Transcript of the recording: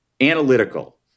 analytical